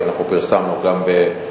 כי אנחנו פרסמנו גם בגאולה,